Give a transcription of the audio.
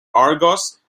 argos